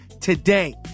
today